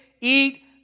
eat